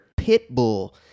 Pitbull